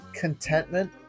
contentment